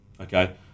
okay